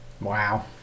Wow